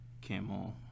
camel